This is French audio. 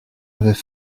avaient